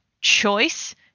choice